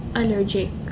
allergic